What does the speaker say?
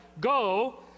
Go